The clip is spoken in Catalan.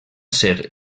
ser